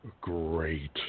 great